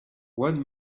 one